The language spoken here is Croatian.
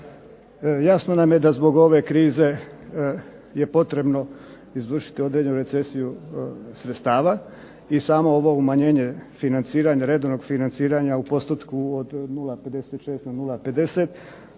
Jasno nam je da zbog ove krize je potrebno izvršiti određenu recesiju sredstava, i samo ovo umanjenje financiranja, redovnog financiranja u postotku od 0,56 na nula